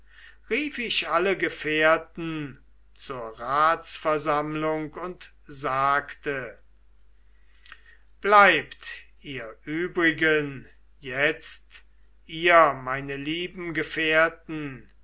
rief ich alle gefährten zur ratsversammlung und sagte bleibt ihr übrigen jetzt ihr meine lieben gefährten